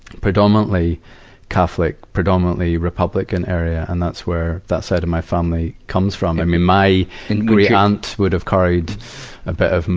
predominantly catholic, predominantly republican area. and that's where that side of my family comes from. i mean, my and great aunt would have carried a bit of,